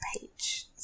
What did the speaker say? page